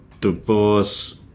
divorce